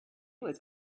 was